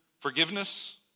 Forgiveness